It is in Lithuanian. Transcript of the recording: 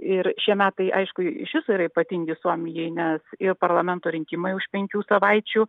ir šie metai aišku iš viso yra ypatingi suomijai nes ir parlamento rinkimai už penkių savaičių